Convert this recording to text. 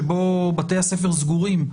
שבו בתי הספר סגורים,